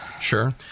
sure